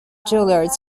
juilliard